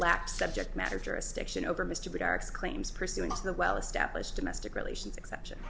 lacked subject matter jurisdiction over mr barak's claims pursuant to the well established domestic relations exception